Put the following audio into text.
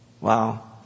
wow